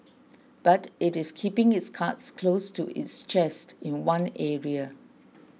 but it is keeping its cards close to its chest in one area